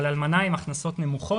אבל אלמנה עם הכנסות נמוכות,